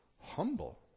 humble